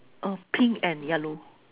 oh pink and yellow